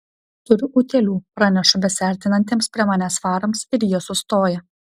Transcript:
turiu utėlių pranešu besiartinantiems prie manęs farams ir jie sustoja